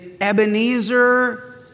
Ebenezer